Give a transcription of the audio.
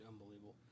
unbelievable